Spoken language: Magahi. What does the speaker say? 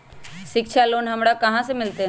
शिक्षा लोन हमरा कहाँ से मिलतै?